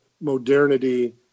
modernity